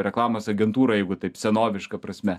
reklamos agentūra jeigu taip senoviška prasme